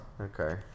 Okay